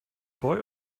boy